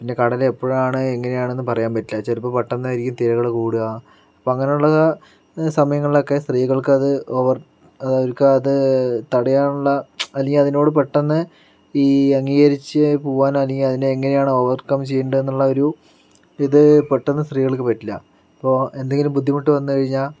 പിന്നെ കടല് എപ്പോഴാണ് എങ്ങനെയാണ് എന്നൊന്നും പറയാൻ പറ്റില്ല ചിലപ്പോൾ പെട്ടന്നായിരിക്കും തിരകൾ കൂടുക അപ്പൊ അങ്ങനെയുള്ള സമയങ്ങളിലൊക്കെ സ്ത്രീകൾക്ക് അത് ഓവർ അവർക്ക് അത് തടയാൻ ഉള്ള അല്ലെങ്കിൽ അതിനോട് പെട്ടെന്ന് ഈ അംഗീകരിച്ച് പോകാനോ അല്ലെങ്കിൽ അതിനെ എങ്ങനെയാണ് ഓവർകം ചെയ്യേണ്ടത് എന്ന് ഉള്ളൊരു ഇത് പെട്ടന്ന് സ്ത്രീകൾക്ക് പാറ്റില്ല ഇപ്പോൾ എന്തെങ്കിലും ബുദ്ധിമുട്ട് വന്ന് കഴിഞ്ഞാൽ